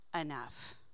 enough